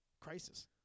crisis